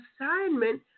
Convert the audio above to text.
assignment